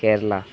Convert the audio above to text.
Kerala